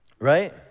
right